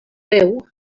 beu